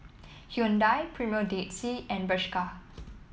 Hyundai Premier Dead Sea and Bershka